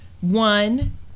One